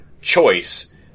choice